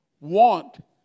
want